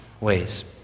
ways